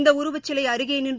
இந்த உருவச்சிலை அருகே நின்று